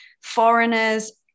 foreigners